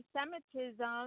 anti-Semitism